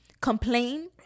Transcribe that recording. complain